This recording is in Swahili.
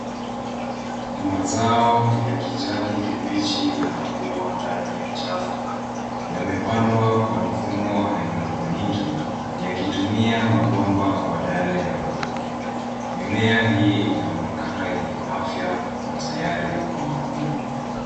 Mazao ya kijani kibichi yanakua ndani ya chafu. Yamepandwa kwa mfumo wa hydroponiki, yakitumia mabomba badala ya udongo. Mimea hii inaonekana yenye afya na tayari kwa mavuno.